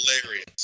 hilarious